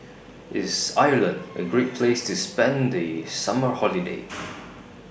IS Ireland A Great Place to spend The Summer Holiday